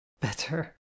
Better